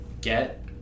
get